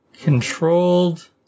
controlled